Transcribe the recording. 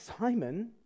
Simon